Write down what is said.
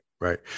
right